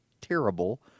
terrible